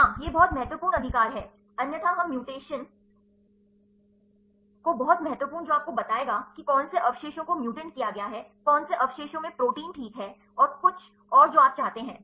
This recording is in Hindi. हाँ यह बहुत महत्वपूर्ण अधिकार है अन्यथा हम म्यूटेशन संदर्भ समयनहीं जानते हैं 1127 को बहुत महत्वपूर्ण जो आपको बताएगा कि कौन से अवशेषों को म्यूट किया गया है कौन से अवशेषों में प्रोटीन ठीक है और कुछ और जो आप चाहते हैं